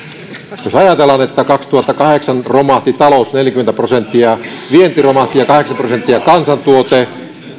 jos ajatellaan että kaksituhattakahdeksan talous romahti neljäkymmentä prosenttia vienti romahti ja kansantuote